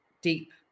deep